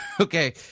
Okay